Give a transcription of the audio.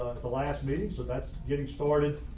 the last meeting so that's getting started.